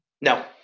No